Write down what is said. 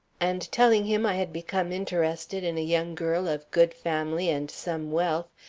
and, telling him i had become interested in a young girl of good family and some wealth,